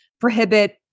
prohibit